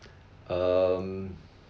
um